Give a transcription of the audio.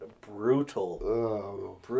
brutal